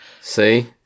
see